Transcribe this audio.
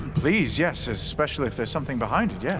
please, yes, especially if there's something behind it, yes.